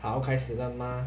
好开始了吗